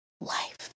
life